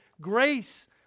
grace